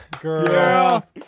Girl